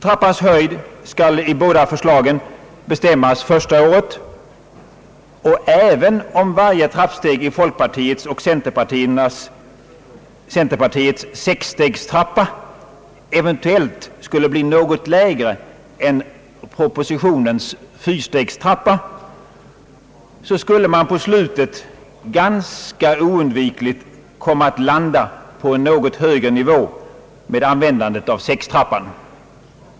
Trappans höjd skall i båda förslagen bestämmas första året, och även om varje trappsteg i folkpartiets och centerpartiets sexstegstrappa eventuellt skulle bli något lägre än propositionens fyrstegstrappa, så skulle man på slutet ganska oundvikligt komma att landa på en något högre nivå med användandet av sexstegstrappan.